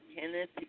Kenneth